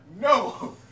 No